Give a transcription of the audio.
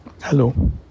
hello